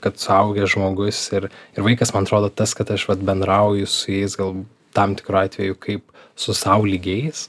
kad suaugęs žmogus ir ir vaikas man atrodo tas kad aš vat bendrauju su jais gal tam tikru atveju kaip su sau lygiais